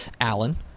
Allen